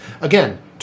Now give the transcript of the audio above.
Again